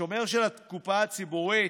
השומר של הקופה הציבורית,